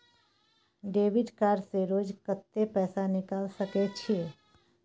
Debit card से रोज कत्ते पैसा निकाल सके छिये?